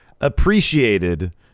appreciated